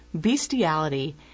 bestiality